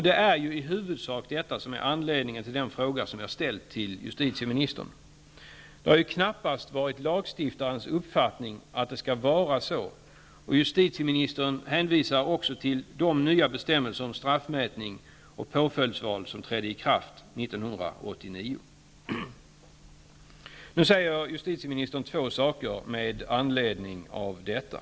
Det är i huvudsak detta som är anledningen till den fråga som jag har ställt till justitieministern. Det har knappast varit lagstiftarens uppfattning att det skall vara så. Justitieministern hänvisar också till de nya bestämmelser om straffmätning och påföljdsval som trädde i kraft 1989. Justitieministern säger två saker med anledning av detta.